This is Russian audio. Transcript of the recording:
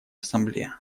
ассамблея